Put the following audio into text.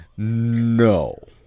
no